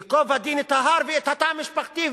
ייקוב הדין את ההר ואת התא המשפחתי,